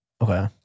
Okay